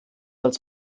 als